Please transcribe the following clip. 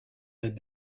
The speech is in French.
est